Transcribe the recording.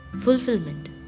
fulfillment